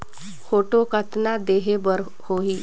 Photo कतना देहें बर होहि?